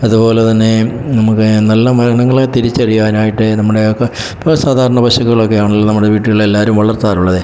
അതുപോലെ തന്നെ നമുക്ക് നല്ല മൃഗങ്ങളെ തിരിച്ചറിയാനായിട്ട് നമ്മുടെ ഒക്കെ ഇപ്പം സാധാരണ പശുക്കളൊക്കെ ആണല്ലോ നമ്മുടെ വീട്ടുകളിൽ എല്ലാവരും വളർത്താറുള്ളത്